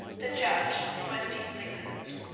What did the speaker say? the judge was deeply moved.